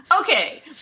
okay